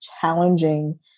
challenging